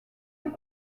est